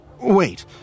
Wait